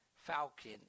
falcon